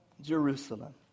Jerusalem